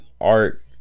art